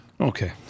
Okay